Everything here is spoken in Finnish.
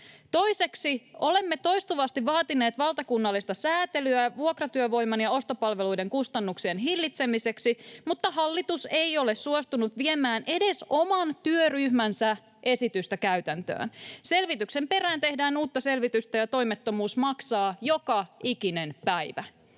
Toiseksi olemme toistuvasti vaatineet valtakunnallista sääntelyä vuokratyövoiman ja ostopalveluiden kustannuksien hillitsemiseksi, mutta hallitus ei ole suostunut viemään edes oman työryhmänsä esityksiä käytäntöön. Selvityksen perään tehdään uutta selvitystä, ja toimettomuus maksaa joka ikinen päivä.